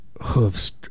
Hooves